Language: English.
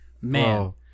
man